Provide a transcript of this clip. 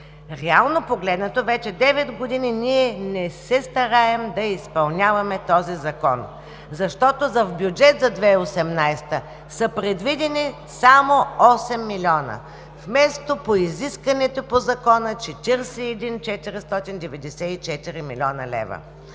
Реално погледнато, вече девет години ние не се стараем да изпълняваме този Закон, защото в бюджета за 2018 г. са предвидени само 8 милиона, вместо по изискваните по Закона 41 494 млн. лв.